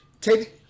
take